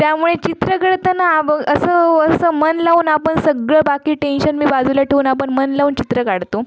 त्यामुळे चित्र काढताना आब असं असं मन लावून आपण सगळं बाकी टेंशन मी बाजूला ठेवून आपण मन लावून चित्र काढतो